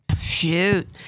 Shoot